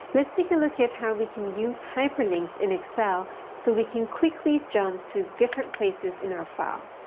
let's take a look at how we can use hyperlinks in excel so we can quickly jump to different places in our file.